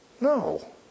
No